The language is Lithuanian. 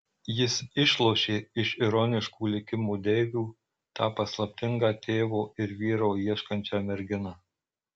jis išlošė iš ironiškų likimo deivių tą paslaptingą tėvo ir vyro ieškančią merginą